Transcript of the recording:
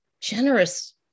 generous